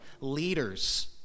Leaders